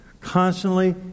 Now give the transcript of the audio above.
constantly